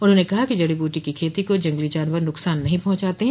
उन्होंने कहा कि जडी बूटी की खेती को जंगली जानवर नुकसान नहीं पहुंचाते हैं